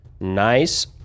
Nice